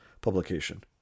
publication